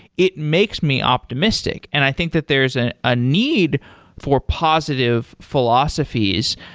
it makes me optimistic, and i think that there is a ah need for positive philosophies,